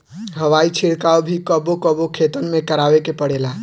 हवाई छिड़काव भी कबो कबो खेतन में करावे के पड़ेला